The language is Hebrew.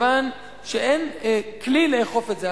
מכיוון שאין כלי לאכוף את זה.